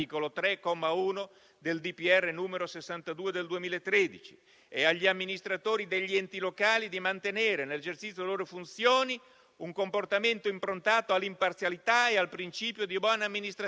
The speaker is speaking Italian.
8, comma 1, della legge n. 70 del 1975). E ancora prescrivono che «l'attività amministrativa persegue i fini determinati dalla legge ed è retta da criteri